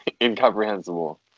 Incomprehensible